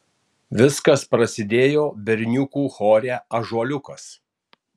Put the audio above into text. viskas prasidėjo berniukų chore ąžuoliukas